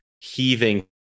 heaving